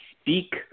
speak